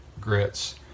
grits